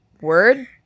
word